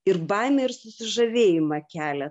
ir baimę ir susižavėjimą kelia